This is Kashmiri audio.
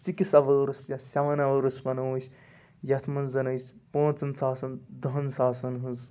سِکِس اَوٲرٕس یا سٮ۪وَن اَوٲرٕس وَنو أسۍ یَتھ منٛز زَن أسۍ پانٛژَن ساسَن دَہَن ساسَن ہٕنٛز